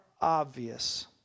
obvious